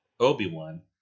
Obi-Wan